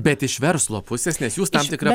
bet iš verslo pusės nes jūs tam tikra